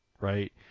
right